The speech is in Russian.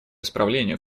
исправлению